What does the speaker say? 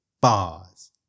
Bars